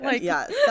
Yes